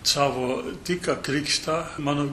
savo tikrą krikštą mano